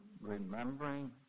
remembering